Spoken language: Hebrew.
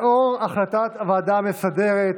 לאור החלטת הוועדה המסדרת,